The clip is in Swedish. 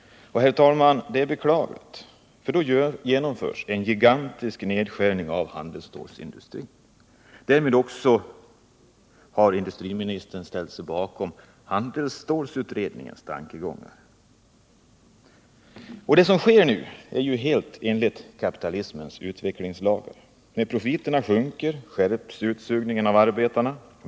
Herr talman! Detta är beklagligt, för då genomförs en gigantisk nedskärning av handelsstålsindustrin. Därmed har industriministern ställt sig bakom handelsstålsutredningens tankegångar. Det som nu sker är helt enligt kapitalismens utvecklingslagar. När profiterna sjunker, skärps utsugningen av arbetarna.